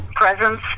Presence